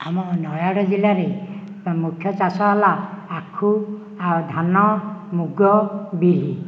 ଆମ ନୟାଗଡ଼ ଜିଲ୍ଲାରେ ମୁଖ୍ୟ ଚାଷ ହେଲା ଆଖୁ ଆଉ ଧାନ ମୁଗ ବିରି